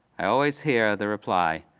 i always hear the reply,